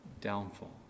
downfall